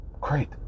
Great